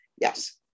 Yes